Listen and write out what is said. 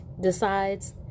decides